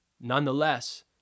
nonetheless